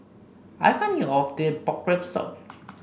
I can't eat all of this Pork Rib Soup